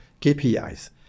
KPIs